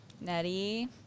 Nettie